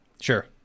Sure